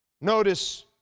Notice